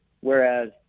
whereas